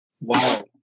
Wow